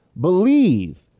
believe